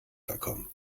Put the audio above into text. verkommen